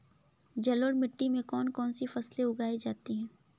जलोढ़ मिट्टी में कौन कौन सी फसलें उगाई जाती हैं?